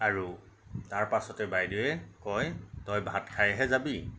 আৰু তাৰপাছতে বাইদেউৱে কয় তই ভাত খাইহে যাবি